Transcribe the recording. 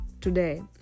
today